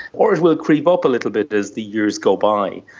or it will creep up a little bit as the years go by.